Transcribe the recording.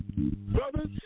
brothers